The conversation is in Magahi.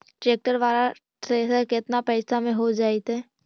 ट्रैक्टर बाला थरेसर केतना पैसा में हो जैतै?